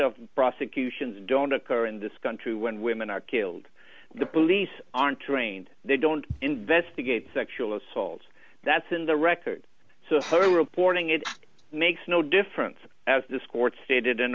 the prosecution's don't occur in this country when women are killed the police aren't trained they don't investigate sexual assault that's in the record so her reporting it makes no difference as this court stated in